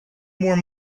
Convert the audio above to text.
more